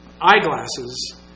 eyeglasses